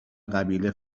قبیله